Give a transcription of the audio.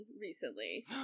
recently